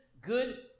good